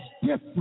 different